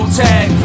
tag